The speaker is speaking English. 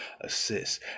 assists